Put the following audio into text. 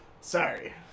sorry